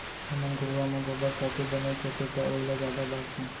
हमन घुरूवा म गोबर खातू बनेच होथे त ओइला जादा डारथन